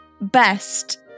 best